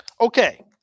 Okay